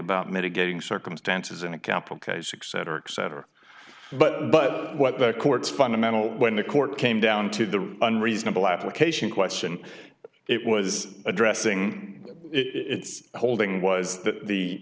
about mitigating circumstances in a capital case accept or exciter but but what the court's fundamental when the court came down to the unreasonable application question it was addressing its holding was th